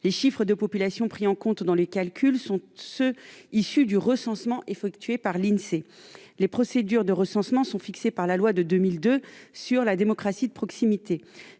collectivités. La population prise en compte dans les calculs est issue du recensement effectué par l'Insee. Les procédures de recensement sont fixées par la loi de 2002 relative à la démocratie de proximité.